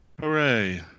Hooray